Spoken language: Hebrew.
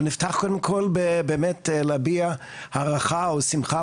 אבל נפתח קודם כל באמת להביע הערכה או שמחה